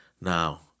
Now